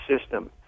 system